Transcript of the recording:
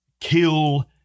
kill